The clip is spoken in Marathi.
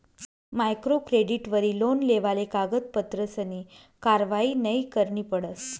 मायक्रो क्रेडिटवरी लोन लेवाले कागदपत्रसनी कारवायी नयी करणी पडस